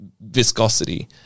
viscosity